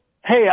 hey